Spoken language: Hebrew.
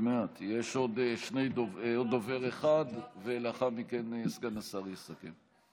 יש עוד דובר אחד, ולאחר מכן השר יסכם.